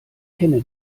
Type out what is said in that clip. kenne